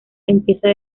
empieza